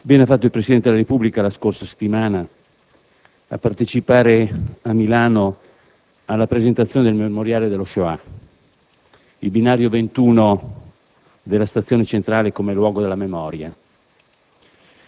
Bene ha fatto il Presidente della Repubblica, la scorsa settimana, a partecipare a Milano alla presentazione del «Memoriale della *Shoah*»: il binario 21 della stazione centrale come luogo della memoria,